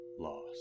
lost